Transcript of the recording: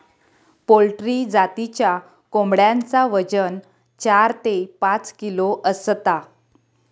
poultry जातीच्या कोंबड्यांचा वजन चार ते पाच किलो असता